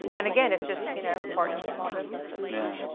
and again, it's just you know, partnering with small businesses. yeah.